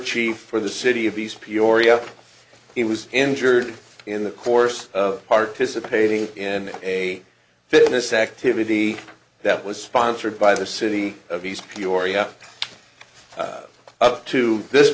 chief for the city of these peoria he was injured in the course of participating in a fitness activity that was sponsored by the city of these peoria up to this